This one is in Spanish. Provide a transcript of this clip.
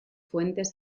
fuentes